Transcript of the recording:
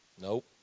nope